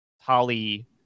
Holly